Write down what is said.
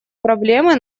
проблемы